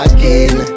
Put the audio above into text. Again